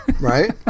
Right